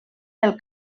del